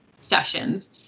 sessions